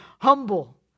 Humble